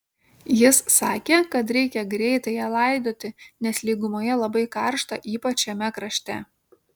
jis sakė kad reikia greitai ją laidoti nes lygumoje labai karšta ypač šiame krašte